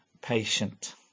patient